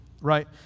right